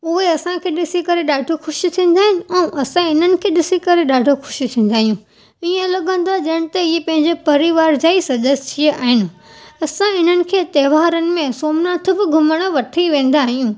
उह असां खे ॾिसी करे ॾाढो ख़ुशि थींदा आहिनि ऐं असां इन्हनि खे ॾिसी करे ॾाढो ख़ुशि थींदा आहियूं ईअं लॻंदो आहे ॼणु त इहे पंहिंजे परिवार जा ई सदस्य आहिनि असां इन्हनि खे तहिवार में सोमनाथ बि घुमणु वठी वेंदा आहियूं